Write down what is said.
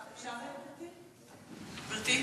גברתי,